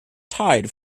tied